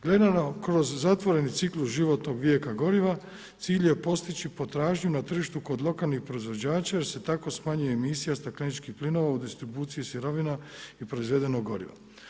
Gledano kroz zatvoreni ciklus životnog vijeka goriva, cilj je postići potražnju na tržištu kod lokalnih proizvođača jer se tako smanjuje emisija stakleničkih plinova u distribuciji sirovina i proizvedenog goriva.